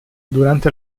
durante